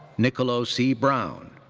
niccolo c. brown.